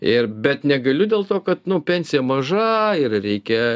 ir bet negaliu dėl to kad nu pensija maža ir reikia